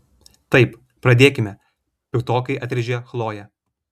taip pradėkime piktokai atrėžė chlojė